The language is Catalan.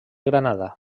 granada